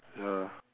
ya